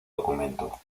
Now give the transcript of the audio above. documento